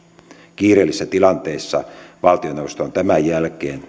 kiireellisissä tilanteissa valtioneuvoston on tämän jälkeen